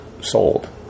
sold